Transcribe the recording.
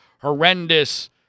horrendous